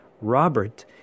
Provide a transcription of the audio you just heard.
Robert